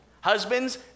Husbands